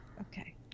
Okay